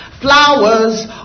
Flowers